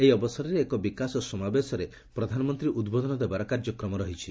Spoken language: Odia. ଏହି ଅବସରରେ ଏକ ବିକାଶ ସମାବେଶରେ ପ୍ରଧାନମନ୍ତୀ ଉଦ୍ବୋଧନ ଦେବାର କାର୍ଯ୍ୟକ୍ରମ ରହିଛି